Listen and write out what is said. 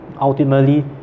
ultimately